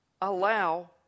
allow